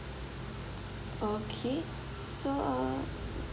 okay so